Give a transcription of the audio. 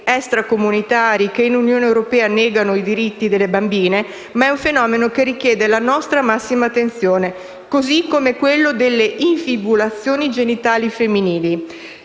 extracomunitari che in Unione europea negano i diritti delle bambine sono discontinue, ma è un fenomeno che richiede la nostra massima attenzione, così come quello delle infibulazioni genitali femminili.